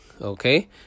Okay